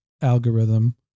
algorithm